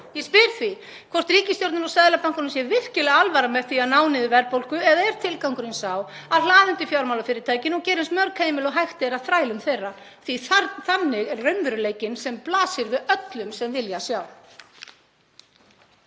Ég spyr því hvort ríkisstjórninni og Seðlabankanum sé virkilega alvara að ná niður verðbólgu eða er tilgangurinn sá að hlaða undir fjármálafyrirtækin og gera eins mörg heimili og hægt er að þrælum þeirra? Því þannig er raunveruleikinn sem blasir við öllum sem vilja sjá.